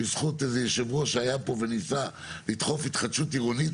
בזכות איזה יושב ראש שהיה פה וניסה לדחוף התחדשות עירונית